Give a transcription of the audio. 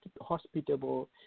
hospitable